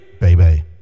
Baby